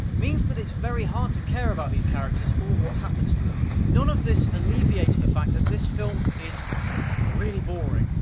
means that it's very hard to care about these characters or what happens to them. none of this alleviates the fact that this film is really boring.